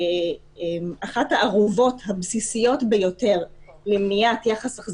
באשר למעצר עד תום ההליכים מספר הבקשות